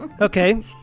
Okay